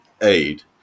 aid